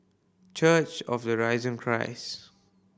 church of the Risen Christ